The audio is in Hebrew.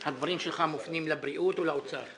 הדברים שלך מופנים לבריאות או לאוצר?